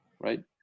right